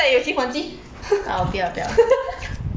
ah 我不要不要